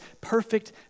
perfect